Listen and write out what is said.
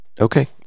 okay